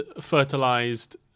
fertilized